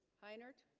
hi nert